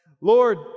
Lord